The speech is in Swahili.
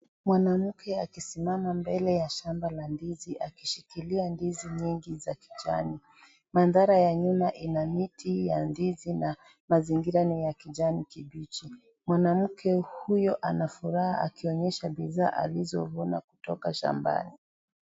Mwanamke akisimama mbele ya shamba la ndizi akishikilia ndizi nyingi za kijani. Mandhara ya nyuma ina miti ya ndizi na mazingira ni ya kijani kibichi. Mwanamke huyi anafuraha akionyesha bidhaa alizovuna kutoka shambani.